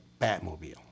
Batmobile